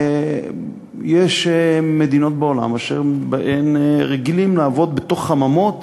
יש מדינות בעולם שבהן רגילים לעבוד בתוך חממות